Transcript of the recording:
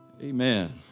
Amen